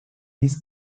hills